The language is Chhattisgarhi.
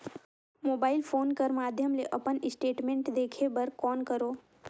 मोबाइल फोन कर माध्यम ले अपन स्टेटमेंट देखे बर कौन करों?